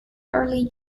early